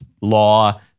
law